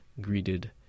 greeted